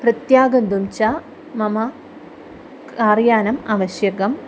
प्रत्यागन्तुं च मम कार् यानम् आवश्यकम्